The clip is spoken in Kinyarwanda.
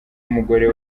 umugore